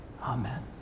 Amen